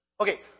Okay